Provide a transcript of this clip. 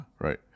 right